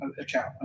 account